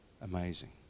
amazing